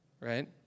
right